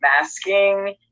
masking